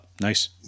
Nice